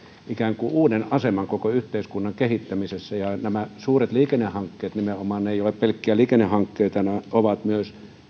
ikään kuin aika uuden aseman koko yhteiskunnan kehittämisessä ja nimenomaan suuret liikennehankkeet eivät ole pelkkiä liikennehankkeita vaan ne ovat myös